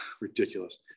ridiculous